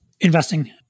investing